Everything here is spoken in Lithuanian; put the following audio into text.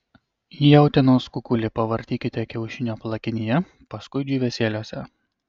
jautienos kukulį pavartykite kiaušinio plakinyje paskui džiūvėsėliuose